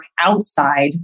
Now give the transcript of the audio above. outside